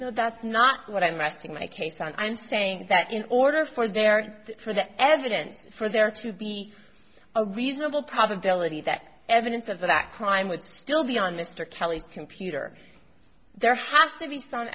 know that's not what i'm resting my case on i'm saying that in order for there for that evidence for there to be a reasonable probability that evidence of that crime would still be on mr kelly's computer there has to be some